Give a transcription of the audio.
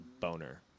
boner